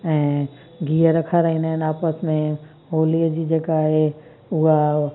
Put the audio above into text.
ऐं गीहर खाराईंदा आहिनि आपस में होलीअ जी जेका आहे उहा